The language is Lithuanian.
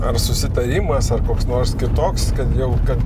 ar susitarimas ar koks nors kitoks kad jau kad